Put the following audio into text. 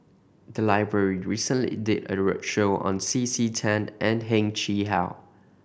the library recently did a roadshow on C C Tan and Heng Chee How